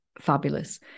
fabulous